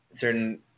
certain